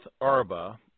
Arba